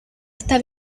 está